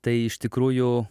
tai iš tikrųjų